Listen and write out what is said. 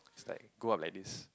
like go up like this